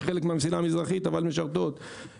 שהן חלק מהמסילה המזרחית ומשרתות את המגזר,